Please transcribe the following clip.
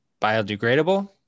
biodegradable